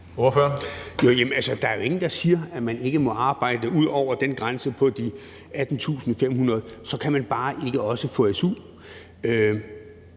Jamen der er jo ingen, der siger, at man ikke må arbejde ud over den grænse på de 18.500 kr. Så kan man bare ikke også få su.